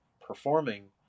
performing